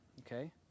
okay